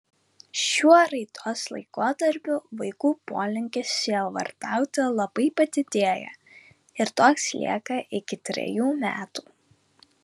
šiuo raidos laikotarpiu vaikų polinkis sielvartauti labai padidėja ir toks lieka iki trejų metų